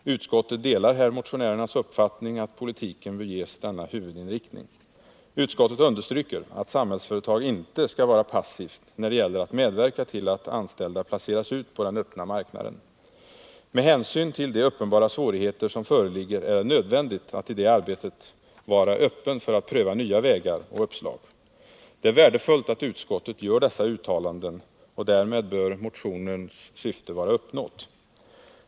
Utskottet delar här motionärens uppfattning att politiken bör ges denna huvudinriktning. Utskottet understryker att Samhällsföretag inte skall vara passivt när det gäller att medverka till att anställda placeras ut på den öppna marknaden. Med hänsyn till de uppenbara svårigheter som föreligger är det nödvändigt att i det arbetet vara öppen för att pröva nya vägar och uppslag. Det är värdefullt att utskottet gör dessa uttalanden, och därmed bör motionens syfte vara uppnått.